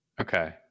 Okay